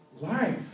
life